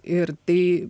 ir tai